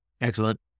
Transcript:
excellent